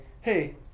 hey